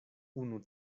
unu